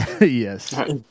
Yes